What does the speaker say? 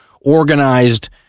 organized